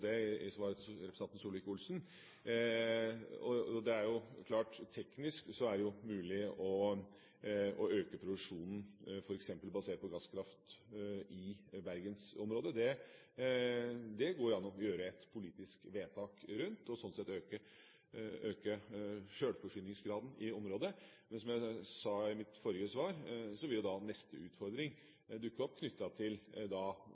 nettopp det i svaret til representanten Solvik-Olsen. Det er jo klart at det teknisk er mulig å øke produksjonen, f.eks. basert på gasskraft i Bergen-området. Det går det an å gjøre et politisk vedtak på, og slik sett øke sjølforsyningsgraden i området. Som jeg sa i mitt forrige svar, vil neste utfordring dukke opp knyttet til